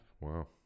Wow